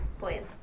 Boys